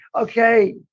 okay